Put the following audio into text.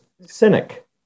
cynic